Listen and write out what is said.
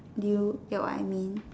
do you get what I mean